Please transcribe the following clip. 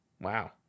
Wow